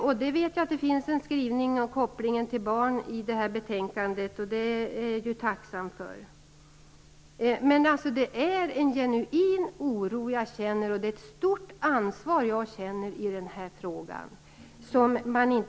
Jag är medveten om att det finns en skrivning om kopplingen till barn i betänkandet, vilket jag i och för sig är tacksam för. Jag känner en genuin oro och ett stort ansvar för den här frågan.